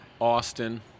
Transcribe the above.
Austin